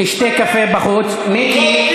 תתבייש